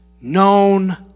known